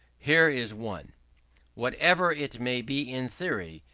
here is one whatever it may be in theory,